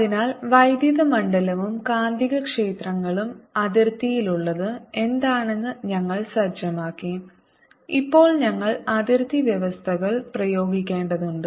അതിനാൽ വൈദ്യുത മണ്ഡലവും കാന്തികക്ഷേത്രങ്ങളും അതിർത്തിയിലുള്ളത് എന്താണെന്ന് ഞങ്ങൾ സജ്ജമാക്കി ഇപ്പോൾ ഞങ്ങൾ അതിർത്തി വ്യവസ്ഥകൾ പ്രയോഗിക്കേണ്ടതുണ്ട്